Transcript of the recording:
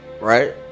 right